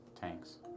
Tanks